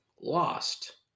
lost